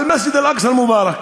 אל-מסגד אל-אקצא אל-מובארכ.